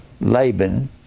laban